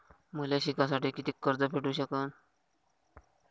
मले शिकासाठी कितीक कर्ज भेटू सकन?